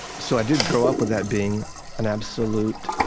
so i did grow up with that being an absolute,